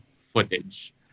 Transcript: footage